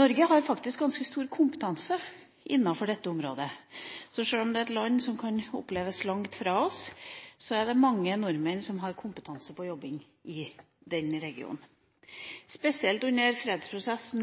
Norge har faktisk ganske stor kompetanse innenfor dette området. Så sjøl om det er et land som kan oppleves som langt fra oss, er det mange nordmenn som har kompetanse på det å jobbe i den regionen. Spesielt i fredsprosessen